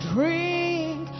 Drink